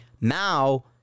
Now